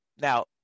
Now